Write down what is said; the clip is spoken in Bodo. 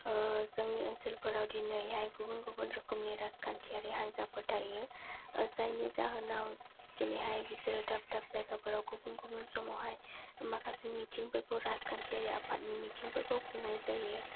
जोंनि ओनसोलफोराव दिनैहाय गुबुन गुबुन रोखोमनि राजखान्थियारि हान्जाफोर थायो जायनि जाहोनाव दिनैहाय बिसोरो दाब दाब जायगाफोराव गुबुन गुबुन समावहाय माखासे मिथिंफोरखौ राजखान्थियारि आफादनि मिथिंफोरखौ खुंनाय जायो